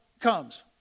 comes